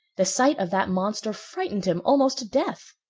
the sight of that monster frightened him almost to death!